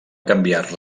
canviar